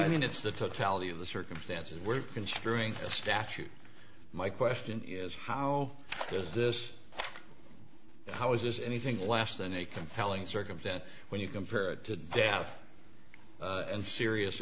i mean it's the totality of the circumstances we're construing a statute my question is how does this how is this anything less than a compelling circumstance when you compare it to death and serious